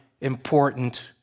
important